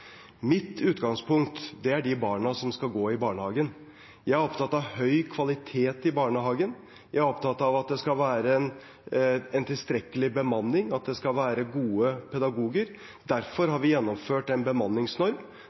Mitt utgangspunkt er de barna som skal gå i barnehagen. Jeg er opptatt av høy kvalitet i barnehagen, jeg er opptatt av at det skal være tilstrekkelig bemanning, og at det skal være gode pedagoger. Derfor har vi gjennomført en bemanningsnorm,